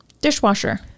Dishwasher